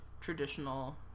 traditional